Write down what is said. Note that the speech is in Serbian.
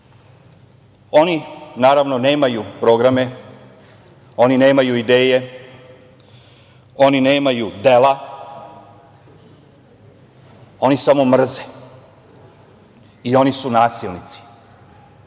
naravno, nemaju programe, oni nemaju ideje, oni nemaju dela, oni samo mrze i oni su nasilnici.